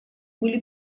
были